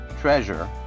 treasure